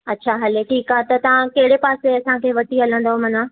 अच्छा हले ठीकु आहे त तव्हां कहिड़े पासे असांखे वठी हलंदुव माना